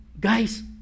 guys